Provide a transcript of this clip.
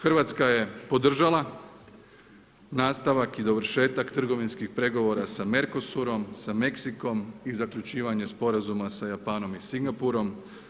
Hrvatska je podržala nastavak i dovršetak trgovinskih pregovora sa Merkusurom, sa Mexicom i zaključivanje sporazuma sa Japanom i Singapurom.